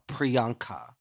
Priyanka